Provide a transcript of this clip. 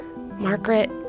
Margaret